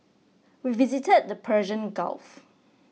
we visited the Persian Gulf